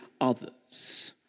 others